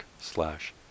slash